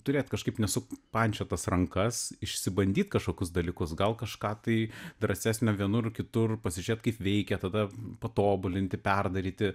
turėt kažkaip nesupančiotas rankas išsibandyt kažkokius dalykus gal kažką tai drąsesnio vienur kitur pasižiūrėt kaip veikia tada patobulinti perdaryti